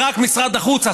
ורק משרד החוץ,